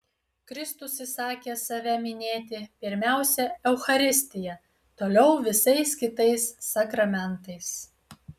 kristus įsakė save minėti pirmiausia eucharistija toliau visais kitais sakramentais